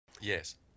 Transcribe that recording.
Yes